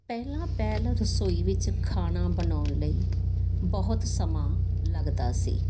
ਪਹਿਲਾਂ ਪਹਿਲ ਰਸੋਈ ਵਿੱਚ ਖਾਣਾ ਬਣਾਉਣ ਲਈ ਬਹੁਤ ਸਮਾਂ ਲੱਗਦਾ ਸੀ